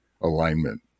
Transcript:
alignment